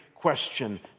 question